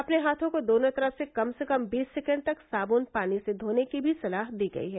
अपने हाथों को दोनों तरफ से कम से कम बीस सेकेण्ड तक सादन पानी से धोने की भी सलाह दी गयी है